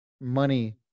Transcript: Money